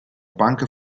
punk